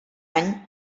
any